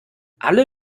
alle